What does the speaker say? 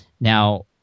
Now